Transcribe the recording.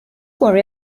worry